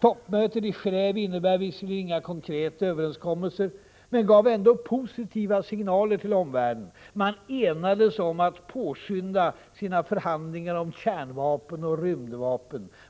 Toppmötet i Gendve innebar visserligen inga konkreta överenskommelser men gav ändå positiva signaler till omvärlden. Man enades om att påskynda sina förhandlingar om kärnvapen och rymdvapen.